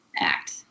act